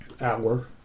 hour